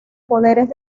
poderes